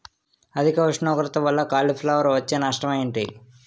అధిక ఉష్ణోగ్రత వల్ల కాలీఫ్లవర్ వచ్చే నష్టం ఏంటి?